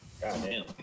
Goddamn